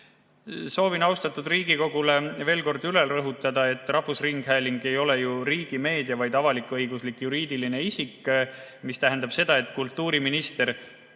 Soovin austatud Riigikogule veel kord üle rõhutada, et Eesti Rahvusringhääling ei ole ju riigimeedia, vaid avalik-õiguslik juriidiline isik, mis tähendab seda, et kultuuriministril